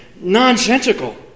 Nonsensical